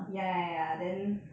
ya ya ya then